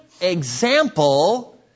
example